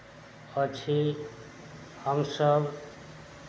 अछि हमसभ